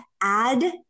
add